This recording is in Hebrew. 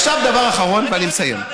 עכשיו דבר אחרון ואני מסיים.